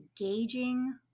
engaging